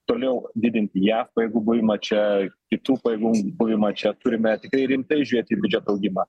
toliau didinti jav pajėgų buvimą čia kitų pajėgų buvimą čia turime tikrai rimtai žiūrėti į biudžeto augimą